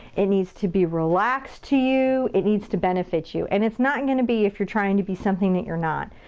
it needs to be relaxed to you. it needs to benefit you and it's not gonna be if you're trying to be something that you're not.